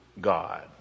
God